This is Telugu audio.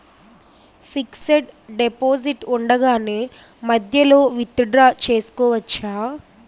ఫిక్సడ్ డెపోసిట్ ఉండగానే మధ్యలో విత్ డ్రా చేసుకోవచ్చా?